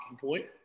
point